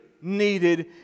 needed